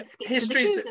history